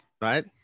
Right